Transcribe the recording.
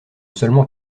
seulement